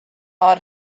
ought